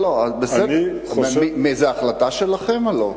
זאת החלטה שלכם, הלוא?